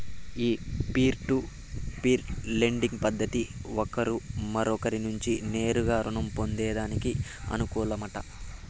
ఈ peer to peer lending పద్దతి ఒకరు మరొకరి నుంచి నేరుగా రుణం పొందేదానికి అనుకూలమట